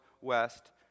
west